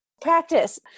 practice